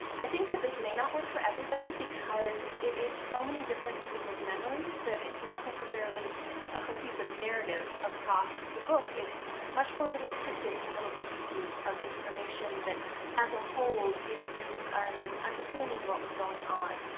i think that this may not work for everybody because it is so many different people's memories that it's not necessarily a cohesive narrative across the book. it's much more little tidbits and little pieces of information that as a whole give you an understanding of what was going on.